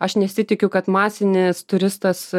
aš nesitikiu kad masinis turistas